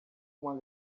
uma